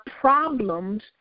problems